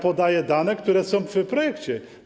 Podaję dane, które są w projekcie.